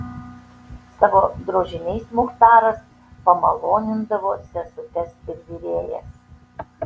savo drožiniais muchtaras pamalonindavo sesutes ir virėjas